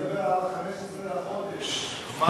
שלא נדבר על 15 בחודש, מע"מ.